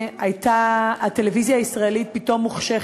הייתה הטלוויזיה הישראלית פתאום מוחשכת,